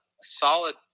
solid